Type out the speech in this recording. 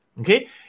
okay